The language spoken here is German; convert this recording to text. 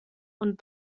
und